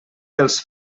dels